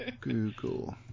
Google